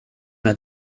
med